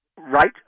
right